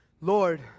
Lord